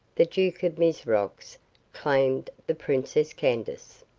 the duke of mizrox claimed the princess candace.